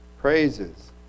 Praises